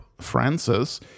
Francis